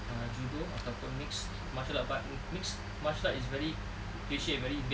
ah judo ataupun mixed martial art but mixed martial art is very cliche very vague